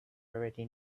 already